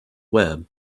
web